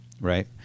right